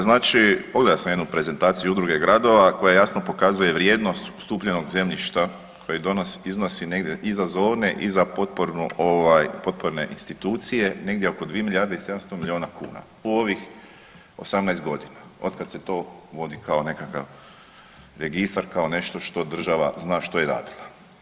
Znači, pogledao sam jednu prezentaciju Udruge gradova koja jasno pokazuje vrijednost ustupljenog zemljišta koji ... iznosi negdje i za ... i za potpornu ovaj potporne institucije, negdje oko 2 milijarde i 700 milijuna kuna u ovih 18 godina otkad se to vodi kao nekakav registar, kao nešto što država zna što je radila.